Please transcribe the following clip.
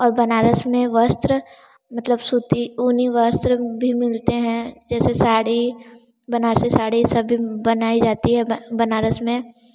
और बनारस में वस्त्र मतलब सूती ऊनी वस्त्र भी मिलते हैं जैसे साड़ी बनारसी साड़ी सभी बनाई जाती हैं ब बनारस में